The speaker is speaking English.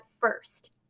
first